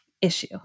issue